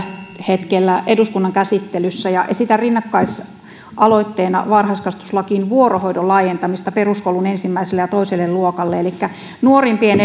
hetkellä eduskunnan käsittelyssä ja esitän rinnakkaisaloitteena varhaiskasvatuslakiin vuorohoidon laajentamista peruskoulun ensimmäiselle ja toiselle luokalle nuorimpien